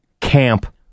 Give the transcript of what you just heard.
camp